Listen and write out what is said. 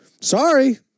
Sorry